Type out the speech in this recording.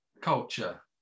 culture